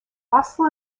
fossil